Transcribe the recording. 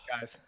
guys